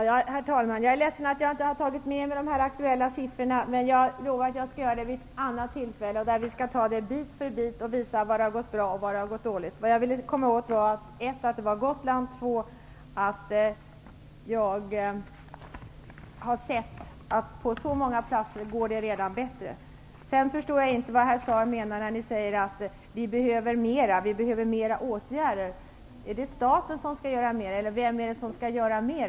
Herr talman! Jag är ledsen att jag inte har tagit med mig de aktuella siffrorna. Jag lovar att jag skall göra det vid ett annat tillfälle, så att vi kan ta det bit för bit och se var det har gått bra och var det har gått dåligt. Vad jag ville komma åt var dels att det Claus Zaar sade gällde Gotland, dels att jag har sett att det på många platser redan går bättre. Jag förstår inte vad herr Zaar menar när han säger att vi behöver mer åtgärder. Är det staten som skall göra mer, eller vem är det som skall göra mer?